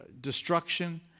destruction